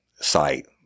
site